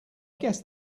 guess